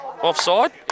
offside